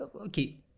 Okay